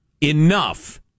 enough